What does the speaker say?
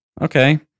okay